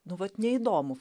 nu vat neįdomu